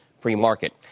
pre-market